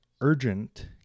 urgent